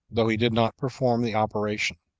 though he did not perform the operation,